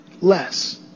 less